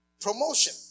Promotion